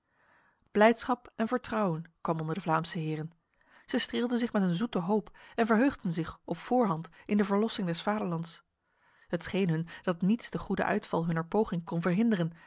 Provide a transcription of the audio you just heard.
blijdschap en vertrouwen kwam onder de vlaamse heren zij streelden zich met een zoete hoop en verheugden zich op voorhand in de verlossing des vaderlands het scheen hun dat niets de goede uitval hunner poging kon verhinderen